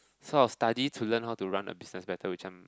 so I will study to learn how to run a business better which I'm